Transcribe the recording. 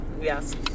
yes